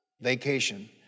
Vacation